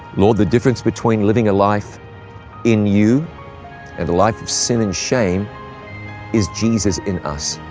lord, the difference between living a life in you and a life of sin and shame is jesus in us.